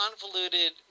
convoluted